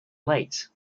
leyte